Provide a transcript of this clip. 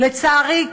לצערי,